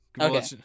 Okay